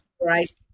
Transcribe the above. right